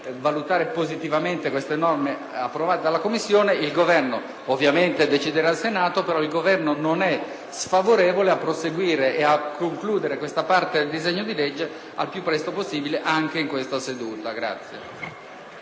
valutare positivamente queste norme approvate dalla Commissione, il Governo - ovviamente deciderà l'Assemblea - non è sfavorevole a proseguire e a concludere questa parte del disegno di legge al più presto possibile, anche in questa seduta.